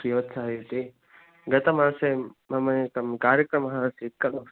श्रीवत्सः इति गतमासे मम एकं कार्यक्रमः आसीत् खलु